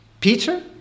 Peter